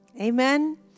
Amen